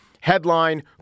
headline